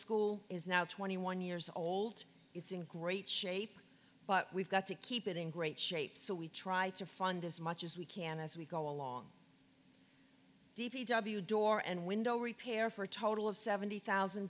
school is now twenty one years old it's in great shape but we've got to keep it in great shape so we try to fund as much as we can as we go along d p w door and window repair for a total of seventy thousand